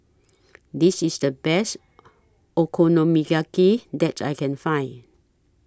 This IS The Best Okonomiyaki that I Can Find